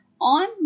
on